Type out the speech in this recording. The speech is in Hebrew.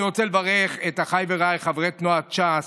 אני רוצה לברך את אחיי ורעיי חברי תנועת ש"ס,